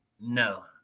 No